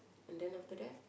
and then after that